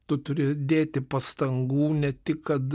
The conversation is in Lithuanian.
tu turi dėti pastangų ne tik kad